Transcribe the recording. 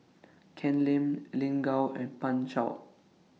Ken Lim Lin Gao and Pan Shou